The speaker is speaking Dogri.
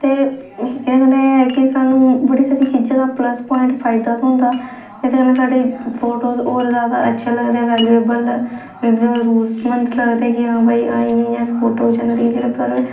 ते एहदे कन्नै एह् ऐ कि सानू बड़ी सारी चीजें दा प्लस पवाइंट फायदा थ्होंदा एह्दे कन्नै साढ़े फोटोज होर ज्यादा अच्छे लगदे वेल्यूवल जरूरतमंद लगदे कि हां भाई इ'यां इ'यां इस फोटो च जेह्ड़े पराने